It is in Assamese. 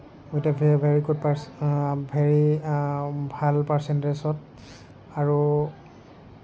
উইথ এ ভেৰি গুড পাৰ ভেৰী ভাল পাৰ্ছেণ্টিজত আৰু